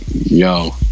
yo